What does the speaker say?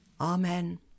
Amen